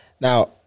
Now